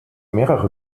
mehrere